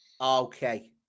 okay